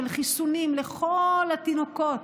של חיסונים לכל התינוקות,